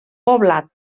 poblat